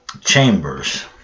Chambers